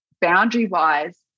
boundary-wise